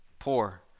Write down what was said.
Poor